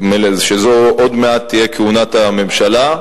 שזו עוד מעט תהיה כהונת הממשלה,